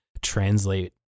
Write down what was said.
translate